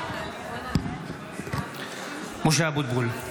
משה אבוטבול,